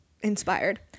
inspired